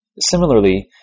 Similarly